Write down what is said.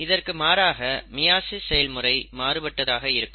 இதற்கு மாறாக மியாசிஸ் செயல்முறை மாறுபட்டதாக இருக்கும்